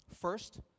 First